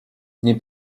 nie